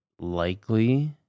likely